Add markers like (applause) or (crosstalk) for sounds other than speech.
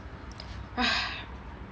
(noise)